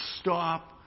stop